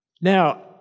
Now